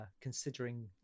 considering